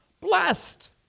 Blessed